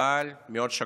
אבל מאוד שקוף.